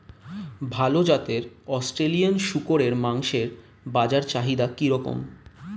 ভাল জাতের অস্ট্রেলিয়ান শূকরের মাংসের বাজার চাহিদা কি রকম?